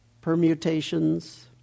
permutations